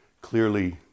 clearly